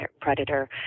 predator